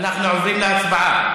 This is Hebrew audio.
אנחנו עוברים להצבעה.